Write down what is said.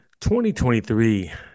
2023